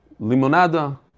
Limonada